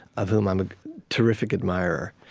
of whom i am a terrific admirer.